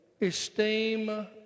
esteem